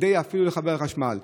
כדי לחבר חשמל?